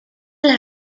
las